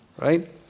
Right